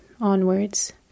onwards